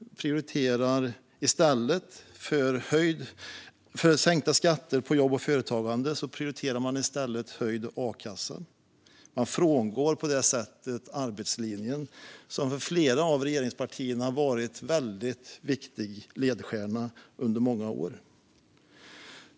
I stället för sänkta skatter på jobb och företagande prioriterar regeringen höjd a-kassa. Man frångår på det sättet arbetslinjen, som för flera av regeringspartierna har varit en väldigt viktig ledstjärna under många år.